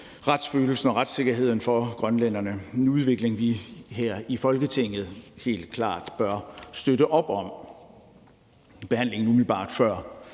retsfølelsen og retssikkerheden for grønlænderne – en udvikling, vi her i Folketinget helt klart bør støtte op om. Behandlingen umiddelbart før